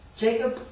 Jacob